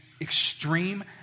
extreme